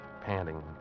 panting